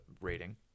rating